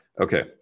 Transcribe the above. Okay